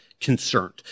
concerned